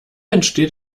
entsteht